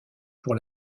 pour